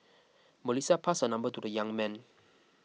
Melissa passed her number to the young man